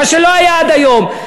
מה שלא היה עד היום.